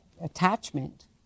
attachment